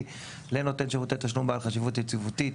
לנותן שירותי תשלום בעל חשיבות יציבותית.